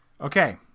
Okay